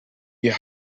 ihr